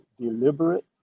deliberate